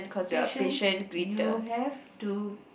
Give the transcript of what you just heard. patient you have to